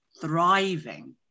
thriving